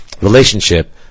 relationship